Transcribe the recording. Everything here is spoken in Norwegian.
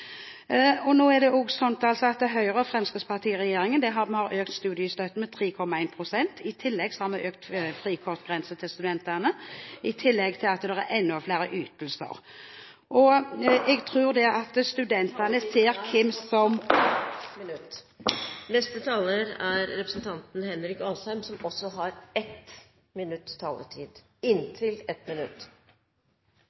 dette. Nå er det også slik at Høyre–Fremskrittsparti-regjeringen har økt studiestøtten med 3,1 pst. I tillegg har vi økt frikortgrensen til studentene, i tillegg til at det er enda flere ytelser. Jeg tror at studentene ser hvem som Taletiden er ute. Henrik Asheim har